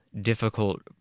difficult